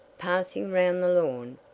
passing round the lawn,